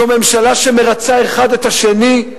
זו ממשלה שבה מְרַצים אחד את השני,